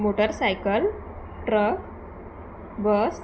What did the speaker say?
motor cycle truck bus